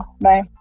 Bye